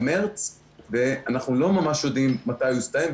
מרץ ואנחנו לא ממש יודעים מתי הוא יסתיים.